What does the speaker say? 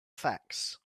facts